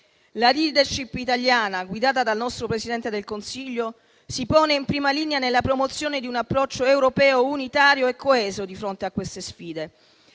La *leadership* italiana, guidata dal nostro Presidente del Consiglio, si pone in prima linea nella promozione di un approccio europeo unitario e coeso di fronte a queste sfide.